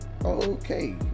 Okay